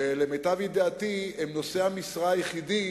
שלמיטב ידיעתי הם נושאי המשרה היחידים